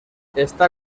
está